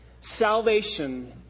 salvation